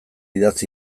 idatz